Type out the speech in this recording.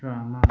सहना